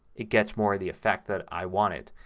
it gets more of the effect that i wanted.